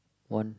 one